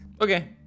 okay